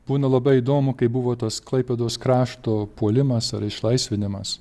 būna labai įdomu kai buvo tas klaipėdos krašto puolimas ar išlaisvinimas